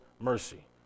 mercy